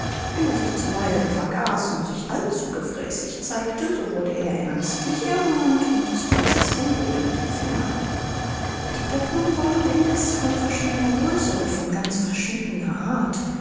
wenn er sich zuweilen vergaß und sich allzu gefräßig zeigte so wurde er ernstlich ermahnt und das prinzeßchen drohte mit dem finger die puppen waren indeß von verschiedener größe und von ganz verschiedener art